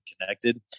connected